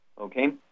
Okay